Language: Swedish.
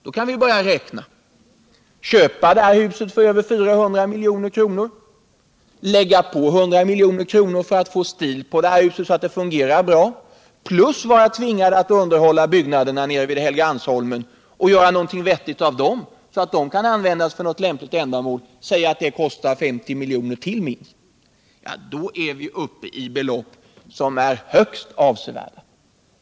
Då kan vi börja räkna: köpa det här huset för över 400 milj.kr., lägga på 100 milj.kr. för att få stil på det här huset så att det fungerar bra plus vara tvungna att underhålla byggnaderna nere vid Helgeandsholmen och göra något vettigt av dem, så att de kan användas för något lämpligt ändamål, vilket kan kosta minst 50 milj.kr. till. Då är vi uppe i belopp som är högst avsevärda.